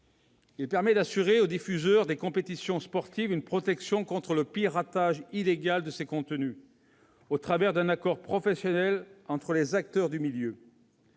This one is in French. Il permet d'assurer aux diffuseurs des compétitions sportives une protection contre le piratage illégal de ces contenus, au travers d'un accord professionnel entre les acteurs du milieu.